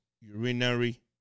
urinary